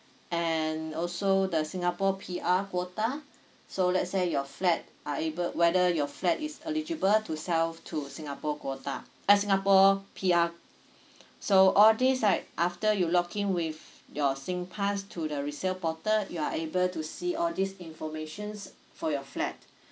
and also the singapore P_R quota so let's say your flat are able whether your flat is eligible to sell to singapore quota uh singapore P_R so all these right after you login with your singpass to the resell portal you are able to see all these informations for your flat